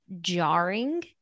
jarring